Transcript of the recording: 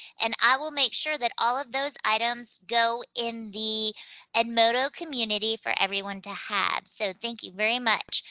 and i will make sure that all of those items go in the edmodo community for everyone to have. so thank you very much.